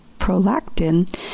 prolactin